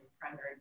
primary